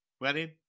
wedding